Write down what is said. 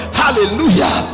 hallelujah